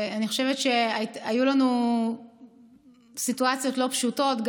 אני חושבת שהיו לנו סיטואציות לא פשוטות,